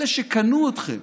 אלה שקנו אתכם